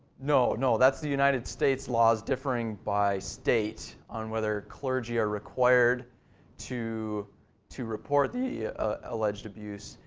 no, no. that's the united states laws differing by state, on whether clergy are required to to report the alleged abuse.